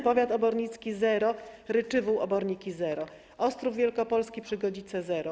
Powiat obornicki - zero: Ryczywół, Oborniki - zero, Ostrów Wielkopolski, Przygodzice - zero.